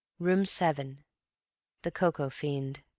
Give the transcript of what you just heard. room seven the coco-fiend